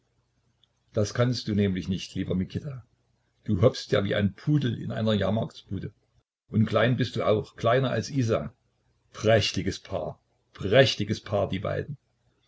das kannst du nämlich nicht lieber mikita du hoppst ja wie ein pudel in einer jahrmarktsbude und klein bist du auch kleiner als isa prächtiges paar prächtiges paar die beiden